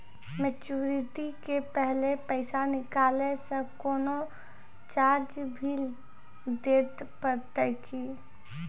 Maturity के पहले पैसा निकालै से कोनो चार्ज भी देत परतै की?